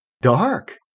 Dark